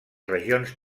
regions